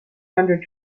hundred